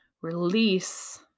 release